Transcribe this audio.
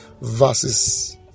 verses